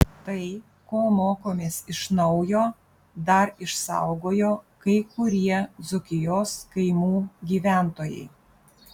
tai ko mokomės iš naujo dar išsaugojo kai kurie dzūkijos kaimų gyventojai